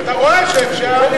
אתה רואה שאפשר.